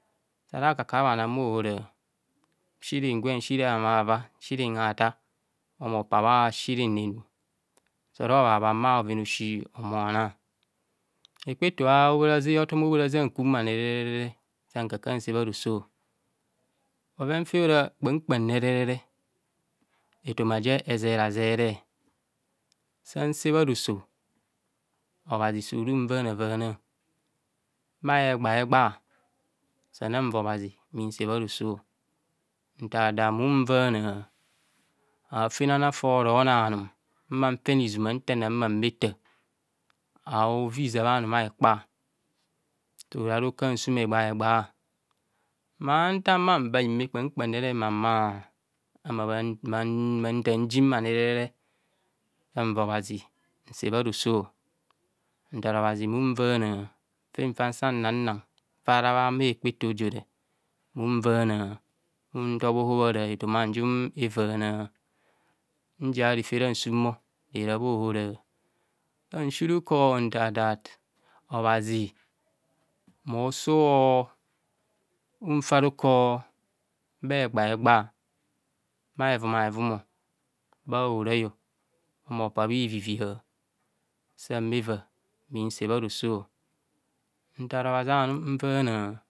Sara ka ka bha nan bhaohora siren gwen siren ava siren ata mmo pabha siren renu soro bhabham bha bhoven a'su o humo ama hekpaeto a hobhoraze hotom a hobhoraze akururere sankoka nse bha roso bhoven fe ora kpam kpam nerere etoma je ezerazere san se bharoso obhazi suru unvana vana bha egbaho egba sana va obhazi bhunse bharoso bheta dat mu nvana afenana fora bhona anum mman fene izuma ntana mma bheta hahoviza bha numa hekpa sora rukor asum egbaho egba ma nta ma ba hime kpamkpamne mma ma ama bhanta nji manirere sanva obhazi nse bharoso nta obhazi munvana afen fa nsa nnana fora bha ma hekpa eto ojora munvana untob o hobhara etoma ajum evana nzia refe asumo rerebha ohora san surukor nta dat obhazi mosooo unfarukor bha egbaho egba bha hevum a hevum bha horai moba bhivivia san bheva bhunse bha roso nta obhazi anum nvana.